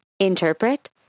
Interpret